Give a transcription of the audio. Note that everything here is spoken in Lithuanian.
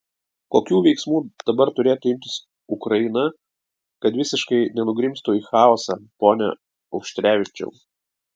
kokių veiksmų dabar turėtų imtis ukraina kad visiškai nenugrimztų į chaosą pone auštrevičiau